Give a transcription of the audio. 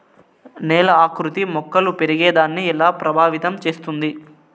నేల ఆకృతి మొక్కలు పెరిగేదాన్ని ఎలా ప్రభావితం చేస్తుంది?